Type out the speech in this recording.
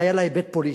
היה לה היבט פוליטי,